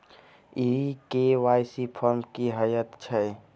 ई KYC form की हएत छै?